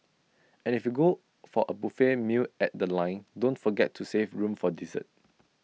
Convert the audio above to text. and if you go for A buffet meal at The Line don't forget to save room for dessert